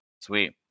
Sweet